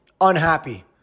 unhappy